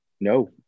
No